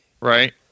Right